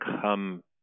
come